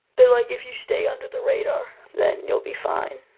that like, if you stay under the radar, then you'll be fine.